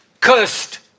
cursed